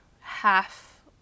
half